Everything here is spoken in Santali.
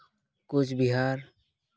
ᱠᱳᱪᱵᱤᱦᱟᱨ